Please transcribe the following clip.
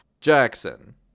Jackson